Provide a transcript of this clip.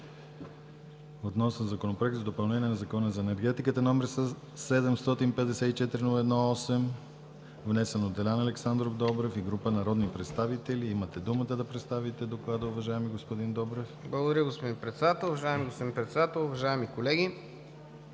относно Законопроект за допълнение на Закона за енергетиката, №754-01-8, внесен от Делян Александров Добрев и група народни представители. Имате думата да представите доклада, уважаеми господин Добрев. ДОКЛАДЧИК ДЕЛЯН ДОБРЕВ: Благодаря, господин Председател. Уважаеми, господин Председател, уважаеми колеги!